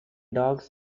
dogs